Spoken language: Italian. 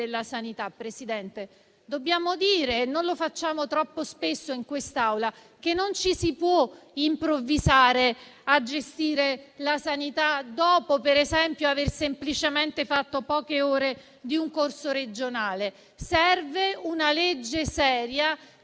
sanità. Dobbiamo dire - non lo facciamo troppo spesso in quest'Aula - che non ci si può improvvisare a gestire la sanità dopo, per esempio, aver semplicemente fatto poche ore di un corso regionale. Serve una legge seria,